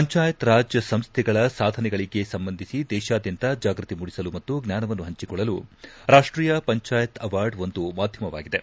ಪಂಚಾಯರ್ ರಾಜ್ ಸಂಸ್ದೆಗಳ ಸಾಧನೆಗಳಿಗೆ ಸಂಬಂಧಿಸಿ ದೇಶಾದ್ಯಂತ ಜಾಗೃತಿ ಮೂಡಿಸಲು ಮತ್ತು ಜ್ಞಾನವನ್ನು ಹಂಚಿಕೊಳ್ಳಲು ರಾಷ್ಟೀಯ ಪಂಚಾಯತ್ ಅವಾರ್ಡ್ ಒಂದು ಮಾಧ್ಯಮವಾಗಿದೆ